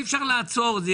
אי אפשר לעצור את זה,